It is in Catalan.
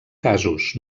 casos